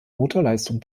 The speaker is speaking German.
motorleistung